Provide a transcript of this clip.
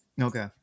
Okay